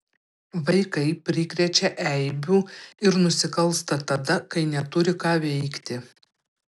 vaikai prikrečia eibių ir nusikalsta tada kai neturi ką veikti